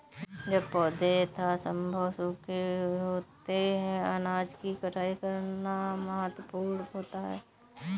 जब पौधे यथासंभव सूखे होते हैं अनाज की कटाई करना महत्वपूर्ण होता है